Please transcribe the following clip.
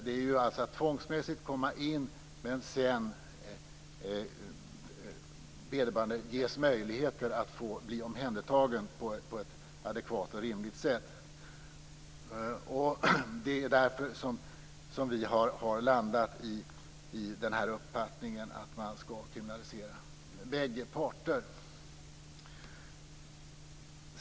Det handlar om att komma in tvångsmässigt, men sedan måste vederbörande ges möjligheter att bli omhändertagen på ett adekvat och rimligt sätt. Därför har vi kristdemokrater landat i uppfattningen att man skall kriminalisera bägge parter.